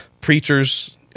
preachers